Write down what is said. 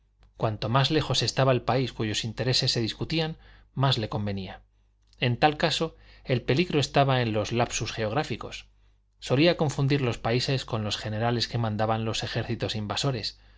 cuanto más lejos estaba el país cuyos intereses se discutían más le convenía en tal caso el peligro estaba en los lapsus geográficos solía confundir los países con los generales que mandaban los ejércitos invasores